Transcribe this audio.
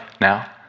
now